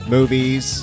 Movies